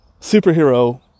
superhero